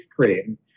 cream